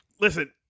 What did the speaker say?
listen